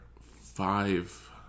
five